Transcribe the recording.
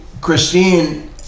Christine